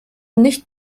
nicht